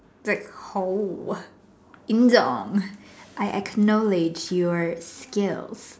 like I acknowledge your skills